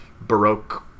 Baroque